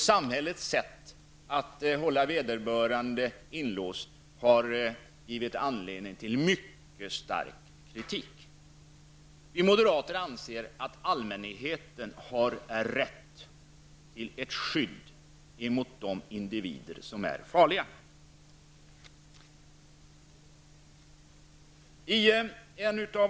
Samhällets sätt att hålla vederbörande inlåst har givit anledning till mycket stark kritik. Vi moderater anser att allmänheten har rätt till ett skydd mot de individer som är farliga.